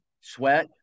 sweat